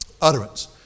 utterance